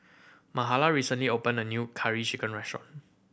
Mahala recently opened a new Curry Chicken restaurant